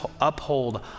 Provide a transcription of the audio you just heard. uphold